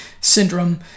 syndrome